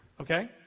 okay